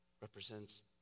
represents